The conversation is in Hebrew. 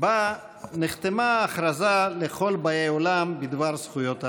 שבה נחתמה ההכרזה לכל באי עולם בדבר זכויות האדם,